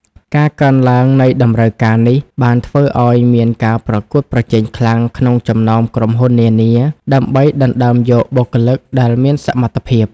ការកើនឡើងនៃតម្រូវការនេះបានធ្វើឱ្យមានការប្រកួតប្រជែងខ្លាំងក្នុងចំណោមក្រុមហ៊ុននានា ដើម្បីដណ្តើមយកបុគ្គលិកដែលមានសមត្ថភាព ។